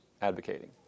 advocating